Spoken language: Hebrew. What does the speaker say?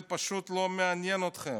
זה פשוט לא מעניין אתכם.